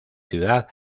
ciudad